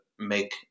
make